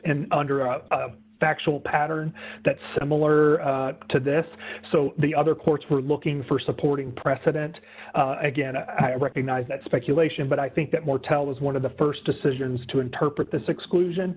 and under a factual pattern that's similar to this so the other courts were looking for supporting precedent again i recognize that speculation but i think that mortel is one of the st decisions to interpret this exclusion